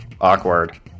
Awkward